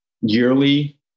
yearly